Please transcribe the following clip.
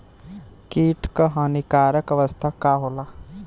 कीट क हानिकारक अवस्था का होला?